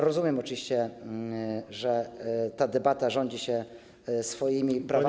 Rozumiem oczywiście, że ta debata rządzi się swoimi prawami.